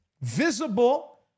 visible